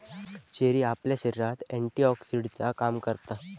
cherry आपल्या शरीरात एंटीऑक्सीडेंटचा काम करता